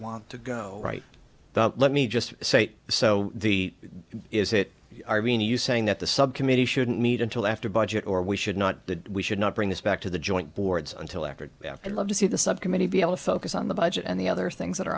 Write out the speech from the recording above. want to go right to the let me just say so the is it you saying that the sub committee shouldn't meet until after budget or we should not that we should not bring this back to the joint boards until after after love to see the subcommittee be able to focus on the budget and the other things that are